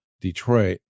Detroit